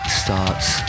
starts